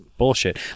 bullshit